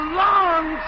long